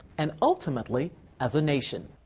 and ultimately as a nation.